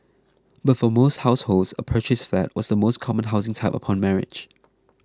but for most households a purchased flat was the most common housing type upon marriage